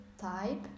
type